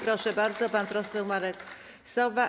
Proszę bardzo, pan poseł Marek Sowa.